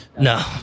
No